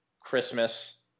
Christmas